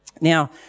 now